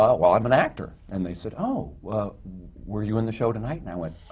ah well, i'm an actor. and they said, oh! were you in the show tonight? and i went,